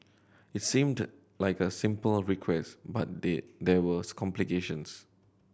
it seemed like a simple request but there was complications